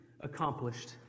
accomplished